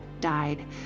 died